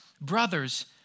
brothers